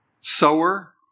sower